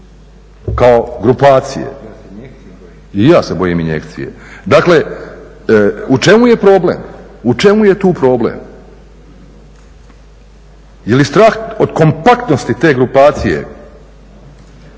ne razumije./… I ja se bojim injekcije. Dakle, u čemu je problem? U čemu je tu problem? Je li strah od kompaktnosti te grupacije,